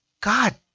God